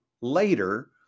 later